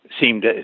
seemed